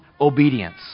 obedience